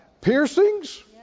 piercings